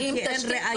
אין להם ראיות.